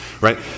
Right